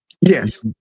Yes